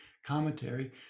commentary